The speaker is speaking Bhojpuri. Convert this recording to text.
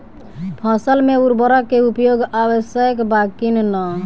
फसल में उर्वरक के उपयोग आवश्यक बा कि न?